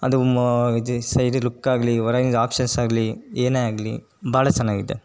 ಅದು ಮೊ ಇದು ಸೈಡಿದ್ದು ಲುಕ್ಕಾಗಲಿ ಹೊರಗಿನ ಆಪ್ಷನ್ಸಾಗಲಿ ಏನೇ ಆಗಲಿ ಭಾಳ ಚೆನ್ನಾಗಿದೆ